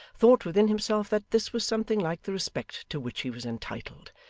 thought within himself that this was something like the respect to which he was entitled,